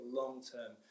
long-term